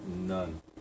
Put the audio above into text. None